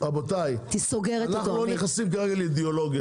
-- רבותי אנחנו לא נכנסים כרגע לאידאולוגיה